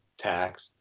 tax